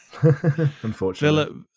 Unfortunately